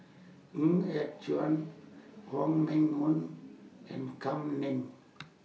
Ng Yat Chuan Wong Meng Voon and Kam Ning